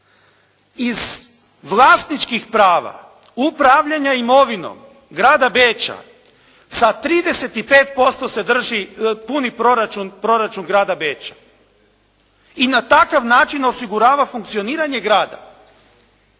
iz vlasničkih prava, upravljanja imovinom Grada Beča sa 35% se drži puni proračun Grada Beča i na takav način osigurava funkcioniranje grada,